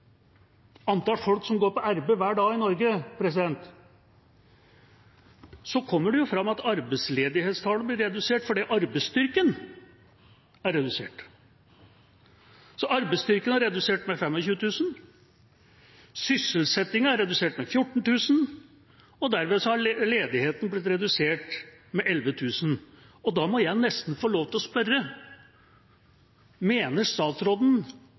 folk som går på arbeid hver dag i Norge – kommer det jo fram at arbeidsledighetstallene blir redusert fordi arbeidsstyrken er redusert. Arbeidsstyrken er redusert med 25 000, sysselsettingen er redusert med 14 000, og derved har ledigheten blitt redusert med 11 000. Da må jeg nesten få lov til å spørre: Mener statsråden